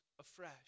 afresh